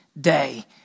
day